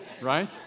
Right